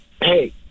hey